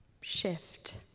shift